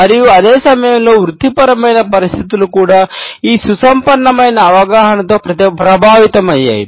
మరియు అదే సమయంలో వృత్తిపరమైన పరిస్థితులు కూడా ఈ సుసంపన్నమైన అవగాహనతో ప్రభావితమయ్యాయి